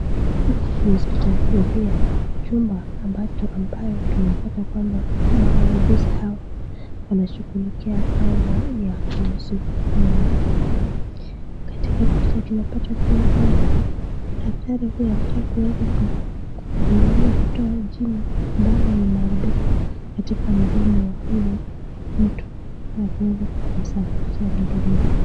Hapa ni hospitalini pia, chumba ambayo tunapata kwamba wauguzi hawa wanashughulikia mambo ya kuhusu meno. Katika picha tunapata kuona kwamba daktari ambaye anataka kuweza kutoa jino ambalo limeharibika katika mdomo wa huyu mtu na ameenda kumsafishia mdomo wake.